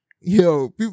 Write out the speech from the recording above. Yo